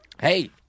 Hey